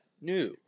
New